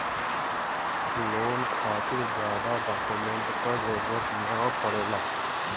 loan खातिर जादा document क जरुरत न पड़ेला